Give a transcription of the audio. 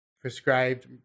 prescribed